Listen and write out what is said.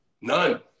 none